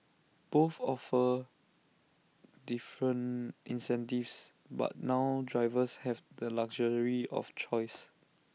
both offer different incentives but now drivers have the luxury of choice